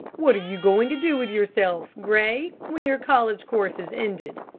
what are you going to do with yourself, gray, when your college course is ended?